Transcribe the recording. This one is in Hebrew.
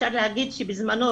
אפשר להגיד שבזמנו,